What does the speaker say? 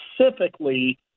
specifically